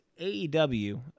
AEW